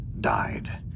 died